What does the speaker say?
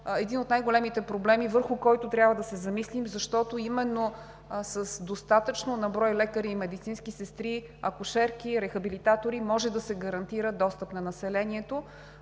един от най-големите проблеми, върху който трябва да се замислим, защото именно с достатъчно на брой лекари и медицински сестри, акушерки, рехабилитатори може да се гарантира достъпа на населението.